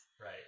right